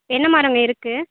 என்ன மரங்க இருக்குது